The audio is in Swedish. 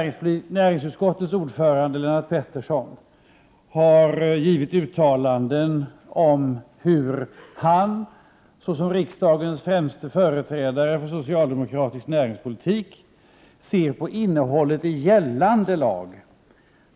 Näringsutskottets ordförande, Lennart Pettersson, har uttalat sig om hur han såsom riksdagens främste företrädare för socialdemokratisk näringspolitik ser på innehållet i gällande lag.